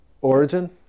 origin